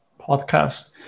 podcast